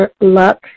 luck